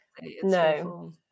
no